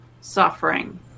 suffering